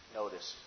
notice